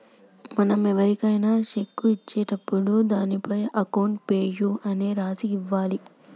మనం ఎవరికైనా శెక్కు ఇచ్చినప్పుడు దానిపైన అకౌంట్ పేయీ అని రాసి ఇవ్వాలి